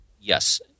Yes